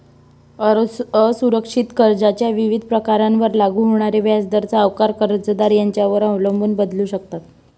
असुरक्षित कर्जाच्या विविध प्रकारांवर लागू होणारे व्याजदर सावकार, कर्जदार यांच्यावर अवलंबून बदलू शकतात